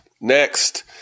Next